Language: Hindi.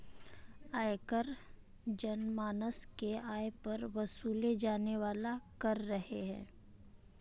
आयकर जनमानस के आय पर वसूले जाने वाला कर है